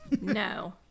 No